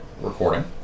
recording